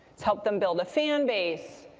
it's helped them build a fan base,